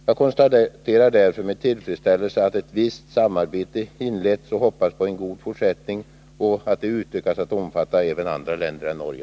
Jag konstaterar därför med tillfredsställelse att ett visst samarbete har inletts och hoppas på en god fortsättning och utökning av samarbetet till att omfatta även andra länder än Norge.